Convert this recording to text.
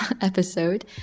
episode